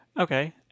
Okay